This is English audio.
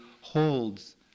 holds